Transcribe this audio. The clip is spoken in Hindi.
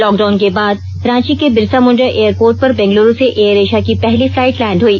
लॉकडाउन के बाद रांची के बिरसा मुंडा एयरपोर्ट पर बेंगलुरु से एयर एशिया की पहली फ्लाइट लैंड हुई